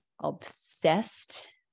obsessed